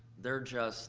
they're just